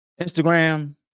Instagram